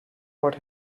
what